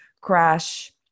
crash